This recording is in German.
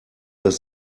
das